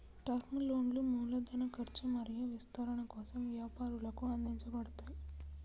term లోన్లు మూలధన ఖర్చు మరియు విస్తరణ కోసం వ్యాపారాలకు అందించబడతయ్